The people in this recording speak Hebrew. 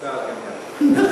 והמבצעת גם יחד.